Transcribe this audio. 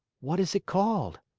what is it called?